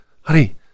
honey